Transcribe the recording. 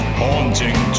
haunting